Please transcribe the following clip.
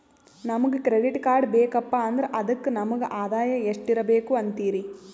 ನಮಗ credit card ಬೇಕಪ್ಪ ಅಂದ್ರ ಅದಕ್ಕ ನಮಗ ಆದಾಯ ಎಷ್ಟಿರಬಕು ಅಂತೀರಿ?